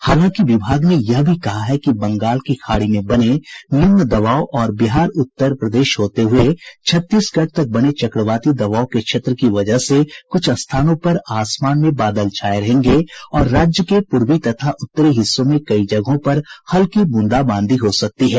हालांकि विभाग ने यह भी कहा है कि बंगाल की खाड़ी में बने निम्न दबाव और बिहार उत्तर प्रदेश होते हुये छत्तीसगढ़ तक बने चक्रवाती दबाव के क्षेत्र की वजह से कुछ स्थानों पर आसमान में बादल छाये रहेंगे और राज्य के पूर्वी तथा उत्तरी हिस्सों में कई जगहों पर हल्की ब्रंदाबांदी हो सकती है